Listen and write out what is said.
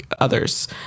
Others